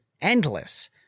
endless